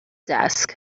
desk